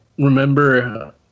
remember